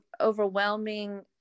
overwhelming